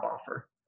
offer